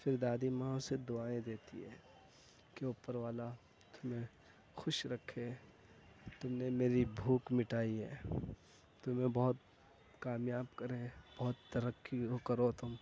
پھر دادی ماں اسے دعائیں دیتی ہے کہ اوپر والا تمہیں خوش رکھے تم نے میری بھوک مٹائی ہے تمہیں بہت کامیاب کرے بہت ترقی ہو کرو تم